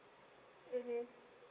mmhmm